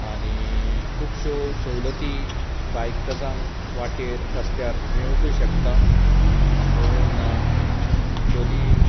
आनी खुबश्यो सवलतीं बायकरजांक वाटेर रस्त्यार मेळोकूंय शकता म्हणून दोनीं